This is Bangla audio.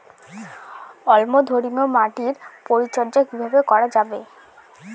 অম্লধর্মীয় মাটির পরিচর্যা কিভাবে করা যাবে?